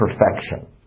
perfection